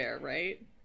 right